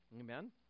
Amen